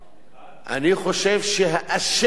אני חושב שהאשם בטבח,